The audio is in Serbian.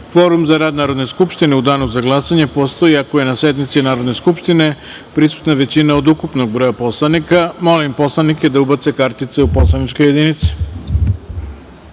kvorum za rad Narodne skupštine u Danu za glasanje postoji ako je na sednici Narodne skupštine prisutna većina od ukupnog broja poslanika. Molim poslanike da ubace kartice u poslaničke